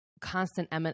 constant